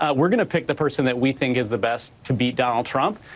ah we're going to pick the person that we think is the best to beat donald trump.